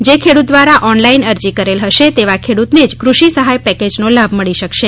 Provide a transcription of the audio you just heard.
જે ખેડૂત દ્વારા ઓનલાઈન અરજી કરેલ હશે તેવા ખેડૂતોને જ કૃષિ સહાય પેકેજનો લાભ મળી શકશે